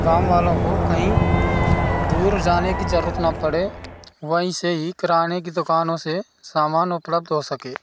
गाँव वालों को कहीं दूर जाने कि जरूरत ना पड़े वहीं से ही किराने की दुकानों से सामान उपलब्ध हो सके